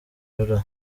laurent